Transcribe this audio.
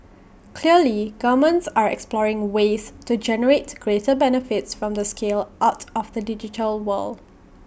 clearly governments are exploring ways to generate greater benefits from the scale out of the digital world